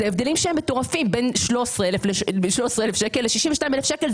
אלה הבדלים מטורפים בין 13,000 שקל ל-62,000 שקל,